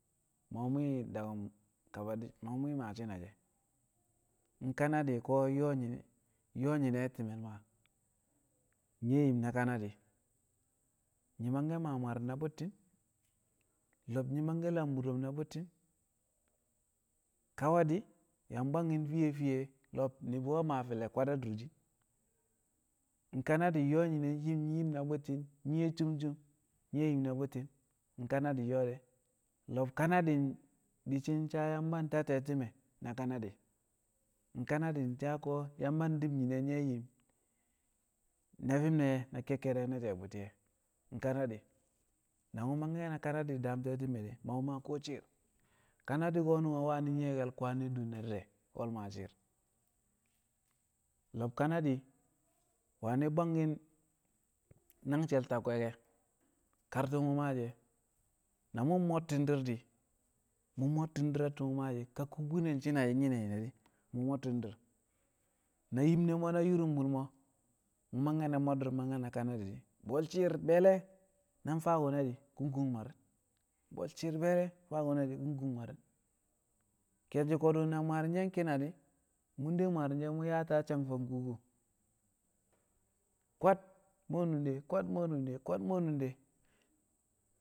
ma mu̱ mwi̱i̱ daku̱m kaba maa mu̱ mwi̱i̱ shi̱ne̱ she̱, kanadi̱ ko̱ yo̱o̱ nyine nƴo̱o̱ nyine ti̱me̱l nu̱bu̱ Maa nyi̱ we̱ yim na kanadi̱ nyi̱ mangke̱ maa mwari̱n na bu̱tti̱n lo̱b nyi̱ mangke̱ lam bu̱ro̱m na bu̱tti̱n ka we̱ di̱ yang bwangki̱n fiye fiye lo̱b ni̱bi̱ we̱ maa fi̱le̱ kwad adurshin kanadi̱ yo̱o̱ nyine nyi̱ yim diin na bu̱tti̱n nyiye cum cum nyi̱ we̱ yim na bu̱tti̱n kanadi̱ yo̱o̱ de̱ lo̱b kanadi̱ di̱ shi̱ sa Yamba nta te̱ti̱me̱ na kanadi̱ kanadi̱ nsa ko̱ Yamba di̱b nyine nyi̱ yim na fi̱m ne̱ nye̱ na kekkedek ne̱ ti̱ye̱ bu̱ti̱ e̱ kanaḏi̱ na mu̱ mangke̱ na kanadi̱ a daam te̱ti̱me̱ di̱ ma mu̱ maa ko shi̱i̱r kanadi̱ wani̱ nyi̱ye̱ke̱l kwaan ne̱ dun na di̱re̱ we̱l maa shi̱ịr lo̱b kanadi̱ wani̱ bwangki̱n nang she̱l ta kwe̱e̱ke̱ kar tu̱u̱ mu̱ maashi̱ e̱ na mu̱ mo̱tti̱n dir di̱ mu̱ mo̱tti̱n dir tu̱u̱ mu̱ maashi̱ e̱ ka kubinel shi̱ne̱ she̱ nyine nyine di̱ mu̱ mo̱tti̱n dir na yim ne̱ mo̱ na yi̱ri̱mbu̱l mo̱ mu̱ mangke̱ na mo̱-dir mu̱ mangke̱ na kanadi̱ di̱ bwe̱l shi̱i̱r be̱e̱le̱ mfaa ku̱ne̱ di̱ ku̱ kung mwari̱n bwe̱l shi̱i̱r be̱e̱le̱ mfaa ku̱ne̱ ku̱ kung mwari̱n ke̱e̱shi̱ ko̱du̱ na mwari̱n she̱ kina di̱ mu̱ de mwari̱n she̱ mu̱ yaati̱n a sang fang kuuku kwad mo̱ nunde kwad mo̱ nunde kwad mo̱ nunde.